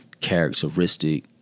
characteristic